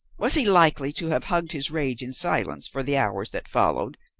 was he likely to have hugged his rage in silence for the hours that followed,